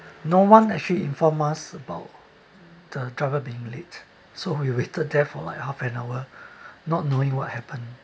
no one actually inform us about the driver being late so we waited there for like half an hour not knowing what happened